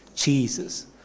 Jesus